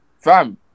fam